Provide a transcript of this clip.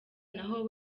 naho